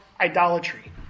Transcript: idolatry